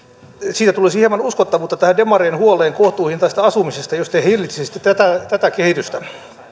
siitä tulisi hieman uskottavuutta tähän demarien huoleen kohtuuhintaisesta asumisesta jos te hillitsisitte tätä kehitystä